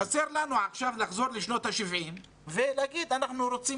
חסר לנו לחזור לשנות ה-70 ולהגיד שרוצים